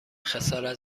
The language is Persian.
خسارت